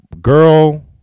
girl